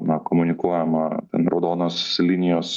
na komunikuojama ten raudonos linijos